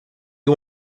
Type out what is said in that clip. you